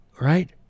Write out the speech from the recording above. right